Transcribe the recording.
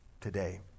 today